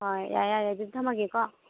ꯍꯣꯏ ꯌꯥꯔꯦ ꯌꯥꯔꯦ ꯑꯗꯨꯗꯤ ꯊꯝꯃꯒꯦꯀꯣ